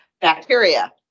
Bacteria